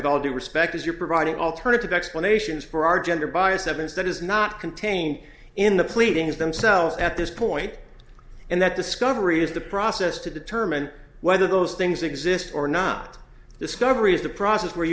with all due respect as you're providing alternative explanations for our gender bias evidence that is not contained in the pleadings themselves at this point and that discovery is the process to determine whether those things exist or not discovery is the process where